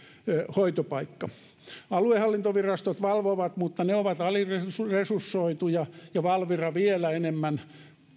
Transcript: hoitopaikka aluehallintavirastot valvovat mutta ne ovat aliresursoituja ja valvira vielä enemmän